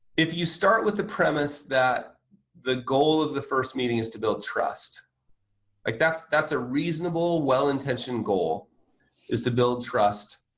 if you start with the premise that the goal of the first meeting is to build trust like that's that's a reasonable well-intentioned goal is to build trust.